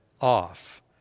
off